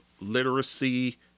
literacy